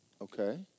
okay